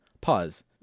Pause